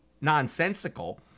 nonsensical